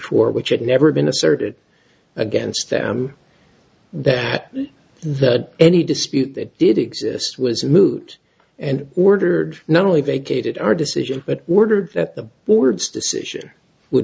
four which had never been asserted against them that the any dispute that did exist was moot and ordered not only vacated our decision but ordered that the board's decision would